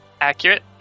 accurate